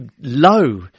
low